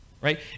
right